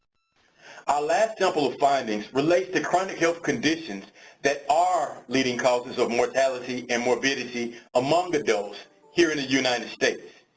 our last couple of findings relates to chronic health conditions that are leading causes of mortality and morbidity among adults here in the united states.